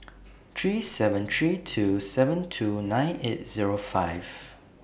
three seven three two seven two nine eight Zero five